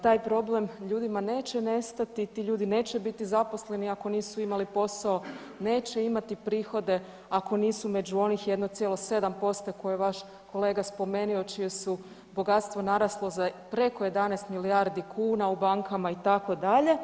Taj problem ljudima neće nestati, ti ljudi neće biti zaposleni ako nisu imali posao, neće imati prihode ako nisu među onih 1,7% koje je vaš kolega spomenuo, čije se bogatstvo naraslo za preko 11 milijardi kuna u bankama, itd.